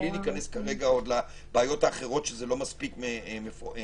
בלי להיכנס כרגע לבעיות האחרות שזה לא מספיק ממוקד.